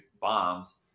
bombs